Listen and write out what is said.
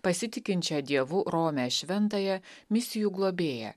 pasitikinčią dievu romią šventąją misijų globėja